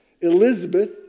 Elizabeth